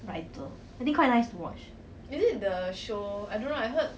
I think quite nice to watch